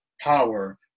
Power